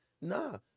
Nah